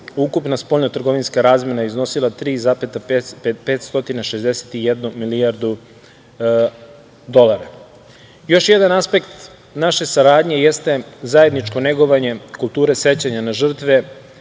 ukupna spoljna trgovinska razmena iznosila je 3,561 milijardu dolara. Još jedan aspekt naše saradnje jeste zajedničko negovanje kulture sećanja na žrtve